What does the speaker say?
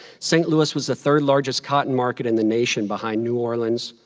st. louis was the third largest cotton market in the nation behind new orleans,